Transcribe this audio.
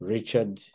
Richard